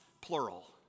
plural